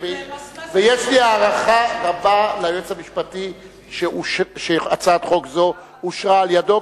ויש לי הערכה רבה ליועץ המשפטי שהצעת חוק זו אושרה על-ידו.